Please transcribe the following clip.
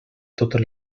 totes